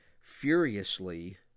furiously